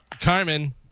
Carmen